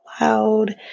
loud